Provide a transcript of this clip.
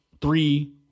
three